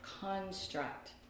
construct